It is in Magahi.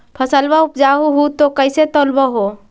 फसलबा उपजाऊ हू तो कैसे तौउलब हो?